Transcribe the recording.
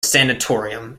sanatorium